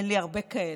אין לי הרבה כאלה,